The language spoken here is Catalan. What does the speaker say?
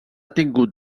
tingut